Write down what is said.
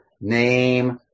name